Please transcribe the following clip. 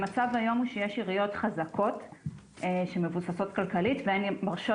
המצב היום הוא שיש עיריות חזקות שמבוססות כלכלית והן מרשות